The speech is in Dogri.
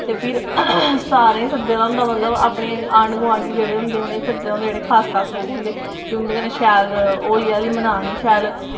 ते फिर मतलब सारें गी सद्दे दा होंदा अपने गोआंढी उनेंगी सद्दे दा होंदा जेह्ड़े अट्ठ दस्स लोग होंदे फिर उंदे कन्नै होली मनानी शैल